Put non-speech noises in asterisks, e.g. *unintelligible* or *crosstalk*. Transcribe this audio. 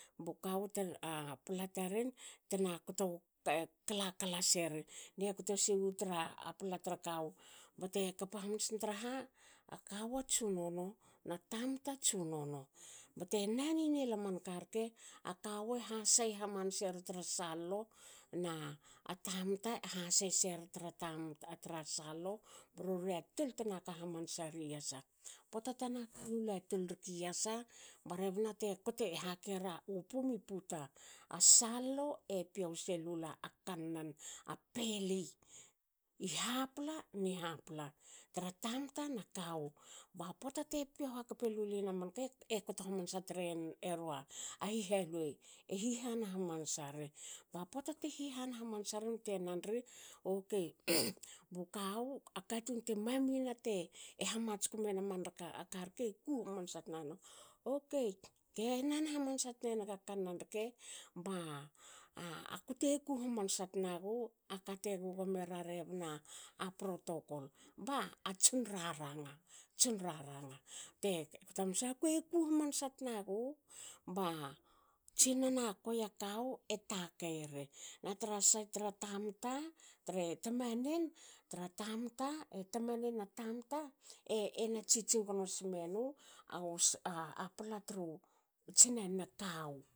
Bu kawu *unintelligible* a pla taren btena kto kla kla seri ne kto siwu tra pla tra kawu bte kpa hamansa traha a kawu a tsunono na tamta tsunono. bte nani nela man karke a kawu e hasei hamanseri tra salolo na a tanta e ha sei seri tra *unintelligible* tra sal lo ba roria tol tena ka hamansa ri yasa. Pota tena kalula tol rki yasa ba rebna te kotera hakeru pum i puta. a salolo e piou selula a kannan a peli i hapla ni hapla tra tamta na kawu. Ba pota te piou hakpelulin amanka ekto hamansa tnerua hihaluei. e hihan hamansa ri. ba pota te hihan hamansarin bte nanri okei *noise* bu kawu a katun te maminna hamatsku mena aman karka ku hamansa tnanu okei,"ge nan hamansa tnenaga kanna rke,"ba bakute ku hamansa tnagu akate gugomera rebna a protokol. ba a tson raranga. tson raranga te kto hamansa tna wna kue ku hamansa tnagu. Ba tsinana kuei a kawu e takei ri natra sait tra tamta tre tamanen tra tamta e tamanen a tamta ena tsitsing gnos menua pla tru tsinana kawu